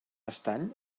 estany